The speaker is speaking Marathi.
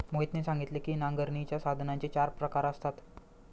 मोहितने सांगितले की नांगरणीच्या साधनांचे चार प्रकार असतात